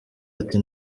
ati